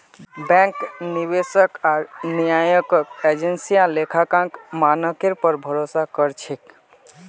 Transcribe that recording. bank, निवेशक आर नियामक एजेंसियां लेखांकन मानकेर पर भरोसा कर छेक